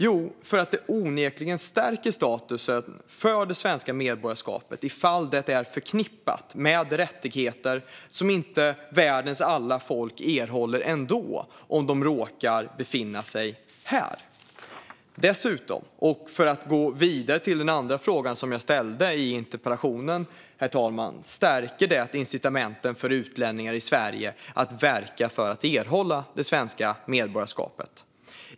Jo, för att det onekligen stärker statusen för det svenska medborgarskapet om det är förknippat med rättigheter som inte världens alla folk erhåller ändå om de råkar befinna sig här. Dessutom, för att gå vidare till den andra frågan som jag ställde i interpellationen, stärker det incitamenten för utlänningar i Sverige att verka för att erhålla svenskt medborgarskap.